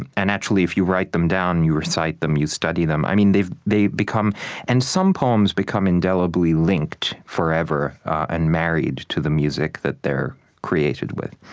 and and actually, if you write them down, you recite them, you study them, i mean, they become and some poems become indelibly linked forever and married to the music that they're created with.